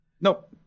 Nope